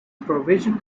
provision